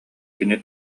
кини